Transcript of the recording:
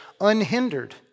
unhindered